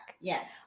yes